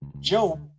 Joe